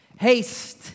Haste